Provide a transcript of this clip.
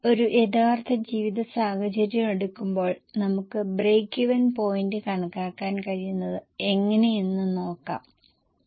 അതിനാൽ നിങ്ങൾ അത് ശ്രദ്ധാപൂർവ്വം വായിക്കുകയും പ്രധാനപ്പെട്ട പോയിന്റ് അടിവരയിടുകയും ചെയ്യേണ്ടത് വളരെ പ്രധാനമാണ്